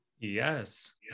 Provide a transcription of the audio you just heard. yes